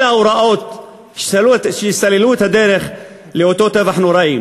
אלה ההוראות שסללו את הדרך לאותו טבח נוראי.